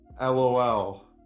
LOL